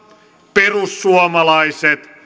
perussuomalaiset